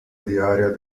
diaria